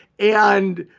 and